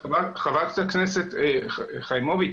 חברת הכנסת חיימוביץ',